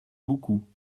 beaucoup